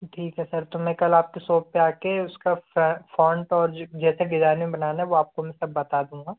ठीक है सर तो मैं कल आपके सॉप पर आ कर उसका फ़ोंट और जैसे डिजाइनिंग बनाना है वो आपको मैं सब बता दूँगा